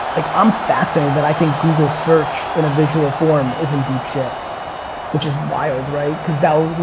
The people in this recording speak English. like i'm fascinated that i think google search in a visual form is in deep shit which is wild, right? cause that,